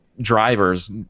Drivers